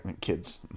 kids